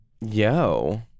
Yo